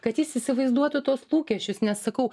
kad jis įsivaizduotų tuos lūkesčius nes sakau